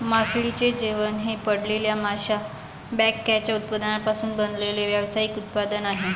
मासळीचे जेवण हे पकडलेल्या माशांच्या बायकॅचच्या उत्पादनांपासून बनवलेले व्यावसायिक उत्पादन आहे